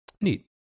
neat